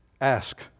Ask